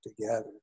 together